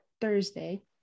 Thursday